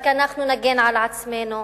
רק אנחנו נגן על עצמנו,